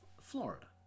Florida